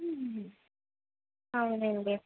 అవునండి